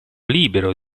libero